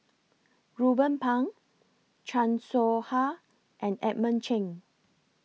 Ruben Pang Chan Soh Ha and Edmund Cheng